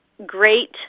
Great